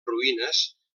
ruïnes